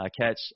catch